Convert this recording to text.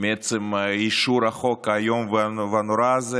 מעצם אישור החוק האיום והנורא הזה